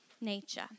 nature